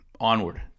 Onward